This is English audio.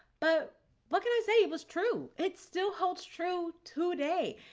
but what can i say? it was true. it still holds true today,